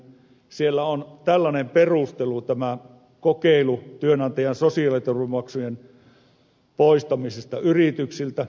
siellä on tällainen perustelu kokeilu työnantajan sosiaaliturvamaksujen poistamisesta yrityksiltä